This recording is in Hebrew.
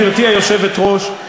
גברתי היושבת-ראש,